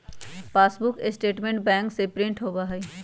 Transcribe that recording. passbook statement bank से print होबा हई